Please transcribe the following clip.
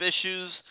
issues